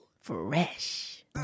Fresh